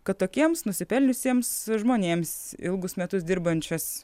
kad tokiems nusipelniusiems žmonėms ilgus metus dirbančius